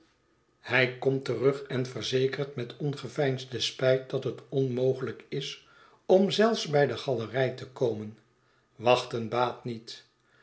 hij komt terug en verzekert met ongeveinsde spijt dat het onmogelijk is om zelfs bij de galerij te komen wachten baat niet